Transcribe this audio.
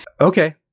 Okay